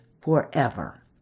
forever